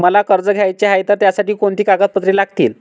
मला कर्ज घ्यायचे आहे तर त्यासाठी कोणती कागदपत्रे लागतील?